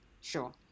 sure